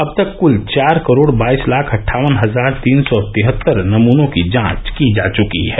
अब तक कुल चार करोड़ बाईस लाख अट्ठावन हजार तीन सौ तिहत्तर नमूनों की जांच की जा चुकी है